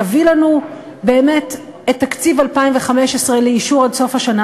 יביא לנו באמת את תקציב 2015 לאישור עד סוף השנה,